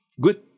Good